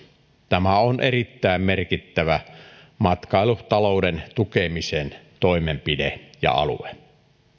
tämä on erittäin merkittävä matkailutalouden tukemisen toimenpide ja alue